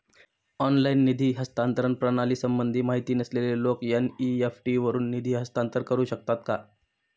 Online निधी हस्तांतरण प्रणालीसंबंधी माहिती नसलेले लोक एन.इ.एफ.टी वरून निधी हस्तांतरण करू शकतात का?